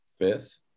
fifth